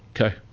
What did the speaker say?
okay